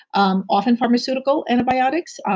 um often pharmaceutical antibiotics.